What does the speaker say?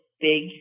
big